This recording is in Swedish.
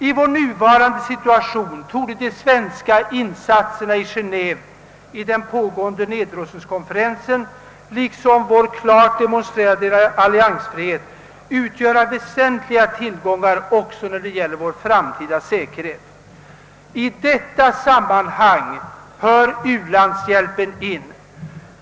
I vår nuvarande situation torde de svenska insatserna i Geneve i den pågående nedrustningskonferensen liksom vår klart demonstrerade alliansfrihet utgöra väsentliga tillgångar också när det gäller vår framtida säkerhet. I detta sammanhang kommer u-landshjälpen in.